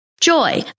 JOY